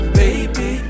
baby